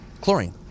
Chlorine